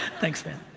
thanks, man.